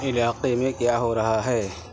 علاقے میں کیا ہو رہا ہے